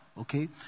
Okay